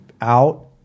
out